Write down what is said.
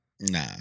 Nah